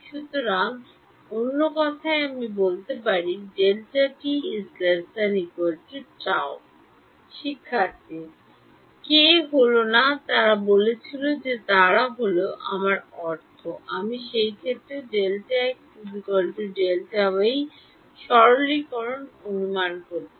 সুতরাং অন্য কথায় আমরা এটি বলতে পারি Δt ≤ τ কে হল না যে তারা বলেছিল যে তারা হল আমার অর্থ আমি সেই ক্ষেত্রে Δx Δy সরলকরণ অনুমান করতে পারি